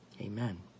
Amen